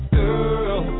girl